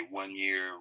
one-year